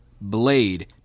Blade